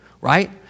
right